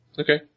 Okay